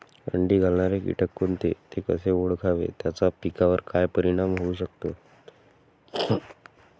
अंडी घालणारे किटक कोणते, ते कसे ओळखावे त्याचा पिकावर काय परिणाम होऊ शकतो?